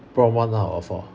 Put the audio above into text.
prompt one out of four